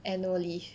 annual leave